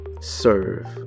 serve